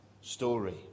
story